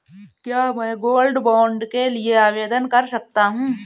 क्या मैं gold bond के लिए आवेदन कर सकता हूं?